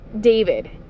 David